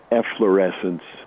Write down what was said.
efflorescence